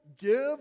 give